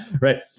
Right